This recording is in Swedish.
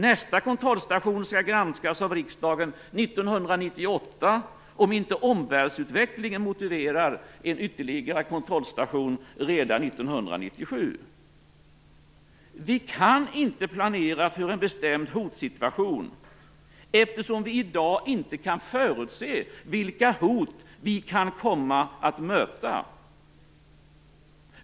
Nästa kontrollstation skall granskas av riksdagen 1998, om inte omvärldsutvecklingen motiverar en ytterligare kontrollstation redan 1997. Vi kan inte planera för en bestämd hotsituation eftersom vi i dag inte kan förutse vilka hot vi kan komma att möta.